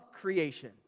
creation